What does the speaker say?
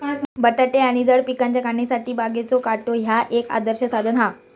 बटाटे आणि जड पिकांच्या काढणीसाठी बागेचो काटो ह्या एक आदर्श साधन हा